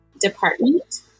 department